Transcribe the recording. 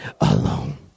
alone